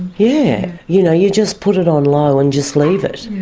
yeah you know you just put it on low and just leave it.